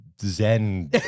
Zen